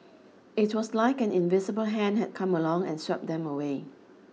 it was like an invisible hand had come along and swept them away